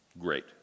Great